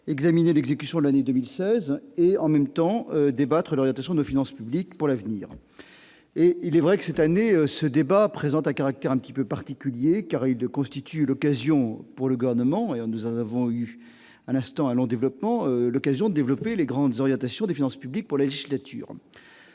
examiné l'exécution l'année 2016 et en même temps, débattre lors de son nos finances publiques pour l'avenir et il est vrai que, cette année, ce débat présente un caractère un petit peu particulier car de constituer l'occasion pour le gouvernement, et nous avons eu à l'instant, allons développement l'occasion développer les grandes orientations des finances publiques pour la législature,